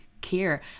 care